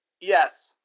Yes